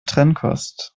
trennkost